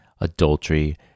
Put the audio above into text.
adultery